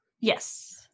Yes